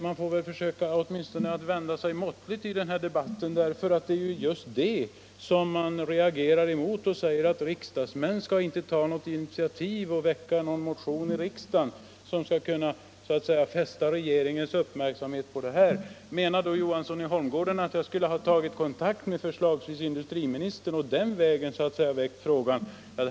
Man får väl försöka att åtminstone vända sig måttligt i den här debatten. Det är ju just detta som man reagerar emot. Man säger att riksdagsmän inte skall ta något initiativ och väcka någon motion i riksdagen som skall kunna fästa regeringens uppmärksamhet på denna sak. Menar då herr Johansson i Holmgården att jag skulle ha tagit kontakt med förslagsvis industriministern och den vägen väckt frågan?